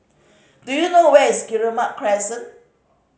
do you know where is Guillemard Crescent